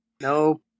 Nope